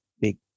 big